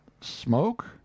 smoke